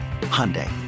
Hyundai